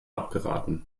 abgeraten